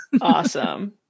Awesome